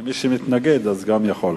ומי שמתנגד, גם יכול.